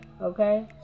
okay